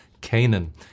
Canaan